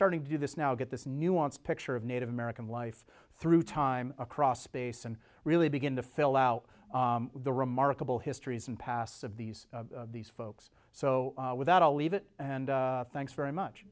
starting to do this now get this nuanced picture of native american life through time across space and really begin to fill out the remarkable histories and pasts of these these folks so without all leave it and thanks very much